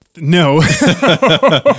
no